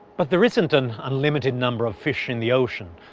but there isn't an unlimited number of fish in the ocean,